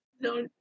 No